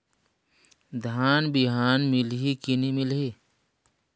धान बिहान मिलही की नी मिलही?